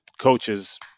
coaches